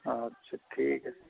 আচ্ছা ঠিক আছে